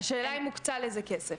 השאלה אם הוקצה לזה כסף.